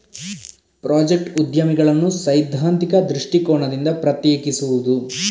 project ಉದ್ಯಮಿಗಳನ್ನು ಸೈದ್ಧಾಂತಿಕ ದೃಷ್ಟಿಕೋನದಿಂದ ಪ್ರತ್ಯೇಕಿಸುವುದು